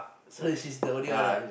so she's the only one ah